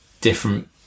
different